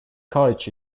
college